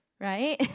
right